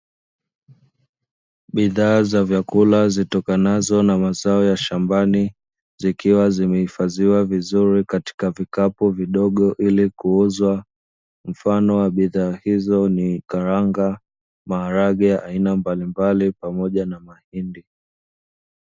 Bidhaa za vyakula zitokanazo na mazao ya shambani, zikiwa zimehifadhiwa vizuri katika vikapu vidogo ili kuuzwa. Mfano wa bidhaa hizo ni karanga, maharage aina mbalimbali pamoja na mahindi.